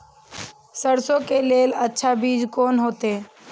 सरसों के लेल अच्छा बीज कोन होते?